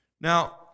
Now